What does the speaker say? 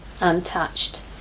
untouched